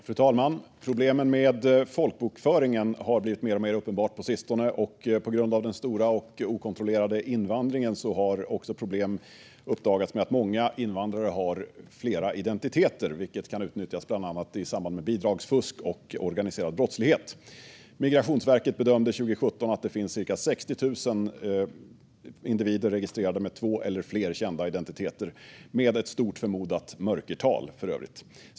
Fru talman! Problemen med folkbokföringen har blivit mer och mer uppenbara på sistone. På grund av den stora och okontrollerade invandringen har också problem uppdagats med att många invandrare har flera identiteter, vilket kan utnyttjas bland annat i samband med bidragsfusk och organiserad brottslighet. Migrationsverket bedömde 2017 att det fanns cirka 60 000 individer registrerade med två eller fler kända identiteter, för övrigt med ett stort förmodat mörkertal.